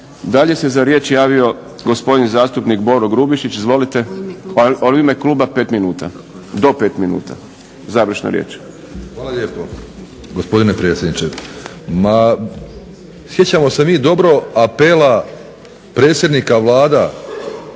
Dalje se za riječ javio gospodin zastupnik Boro Grubišić. Izvolite. U ime kluba 5 minuta. Do 5 minuta završna riječ. **Grubišić, Boro (HDSSB)** Hvala lijepa. Gospodine predsjedniče. Sjećamo se mi dobro apela predsjednika vlada